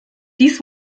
dies